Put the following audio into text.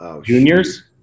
Juniors